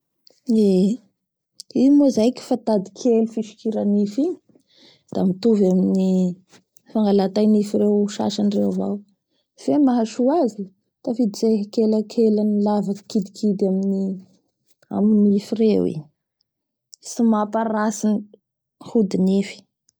Eee i moa zay fa tady kely fisokira nify igny da mitovy amin'ny ireo fangala tainisy ireo fisokira tainify reo avao fe ny mahasoa azy tafiditsy akelakelan'ny lavaky kidikidy amin'ny-amin'ny nify reo i.